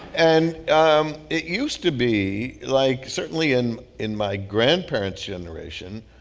and um it used to be like, certainly, in in my grandparents' generation,